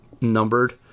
numbered